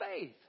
faith